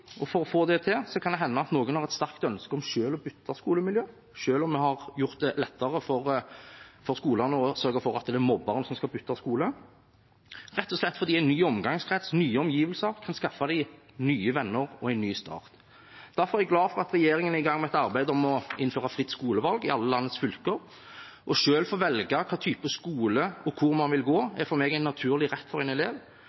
og for å få det til hender det at noen har et sterkt ønske selv om å bytte skolemiljø, selv om vi har gjort det lettere for skolene å sørge for at det er mobberen som skal bytte skole – rett og slett fordi en ny omgangskrets og nye omgivelser kan skaffe dem nye venner og gi dem en ny start. Derfor er jeg glad for at regjeringen er i gang med et arbeid for å innføre fritt skolevalg i alle landets fylker. Selv å få velge hva slags type skole og hvor man vil gå,